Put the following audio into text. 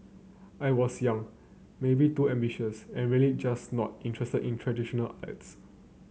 I was young maybe too ambitious and really just not interested in traditional arts